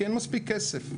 כי אין מספיק כסף.